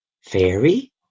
fairy